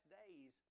days